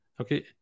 Okay